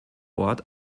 ort